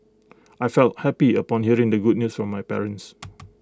I felt happy upon hearing the good news from my parents